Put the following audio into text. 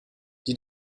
die